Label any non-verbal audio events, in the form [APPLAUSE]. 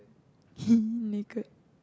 [LAUGHS] naked